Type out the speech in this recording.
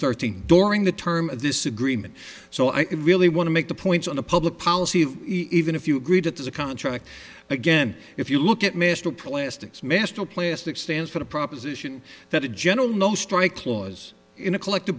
thirteen during the term of this agreement so i really want to make the point on a public policy if even if you agree that the contract again if you look at mr plastics mistral plastic stands for the proposition that a general no strike clause in a collective